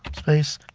space,